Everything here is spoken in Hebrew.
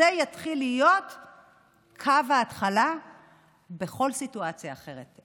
זה יתחיל להיות קו ההתחלה בכל סיטואציה אחרת.